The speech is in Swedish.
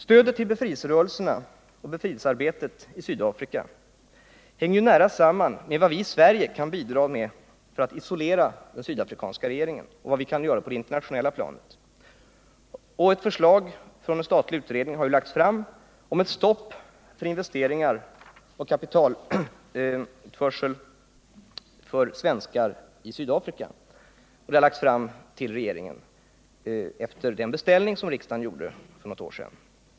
Stödet till befrielserörelserna och befrielsearbetet i Sydafrika hänger nära samman med vad vi kan bidra med för att isolera den sydafrikanska regeringen och med vad vi kan göra på det internationella planet. Efter den beställning som riksdagen gjorde för något år sedan har också ett förslag lagts fram till regeringen om ett stopp för investeringar i Sydafrika liksom ett stopp för kapitalutförseln från svenskar dit.